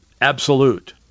absolute